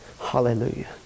Hallelujah